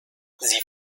sie